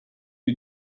you